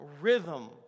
rhythm